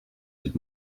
that